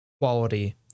quality